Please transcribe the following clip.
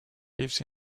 lives